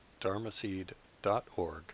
dharmaseed.org